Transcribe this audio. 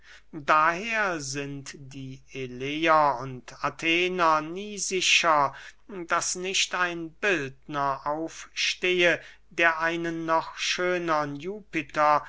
daher sind die eleer und athener nie sicher daß nicht ein bildner aufstehe der einen noch schönern jupiter